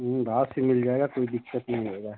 भाव से मिल जाएगा कोई दिक्कत नहीं होगी